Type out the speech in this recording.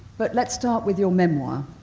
but let's start with your memoir.